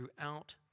throughout